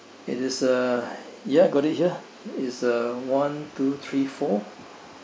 it is a ya got it here it is uh one two three four